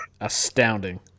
astounding